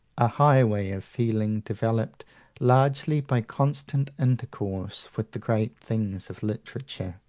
a high way of feeling developed largely by constant intercourse with the great things of literature,